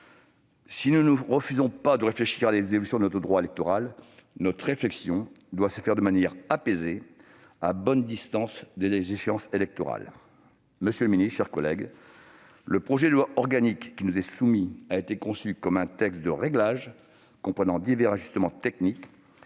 Si nous ne refusons pas de réfléchir à des évolutions de notre droit électoral, une telle réflexion doit se faire de manière apaisée, à bonne distance des échéances électorales. Madame la ministre, mes chers collègues, le projet de loi organique qui nous est soumis a été conçu comme un texte de réglage comprenant divers ajustements techniques.